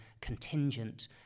contingent